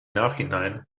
nachhinein